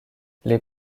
les